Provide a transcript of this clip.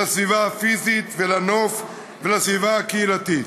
לסביבה הפיזית ולנוף ולסביבה הקהילתית,